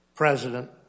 President